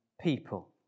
people